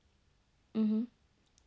mmhmm